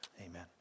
Amen